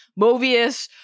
Movius